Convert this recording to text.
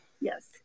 Yes